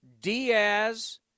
Diaz